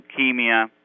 leukemia